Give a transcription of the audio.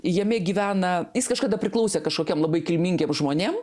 jame gyvena jis kažkada priklausė kažkokiem labai kilmingiem žmonėm